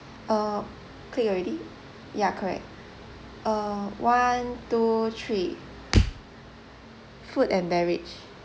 uh clear already ya correct uh one two three food and beverage